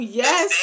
yes